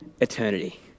eternity